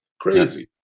crazy